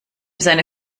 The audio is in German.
seine